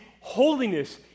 holiness